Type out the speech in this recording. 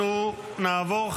אנחנו נעבור,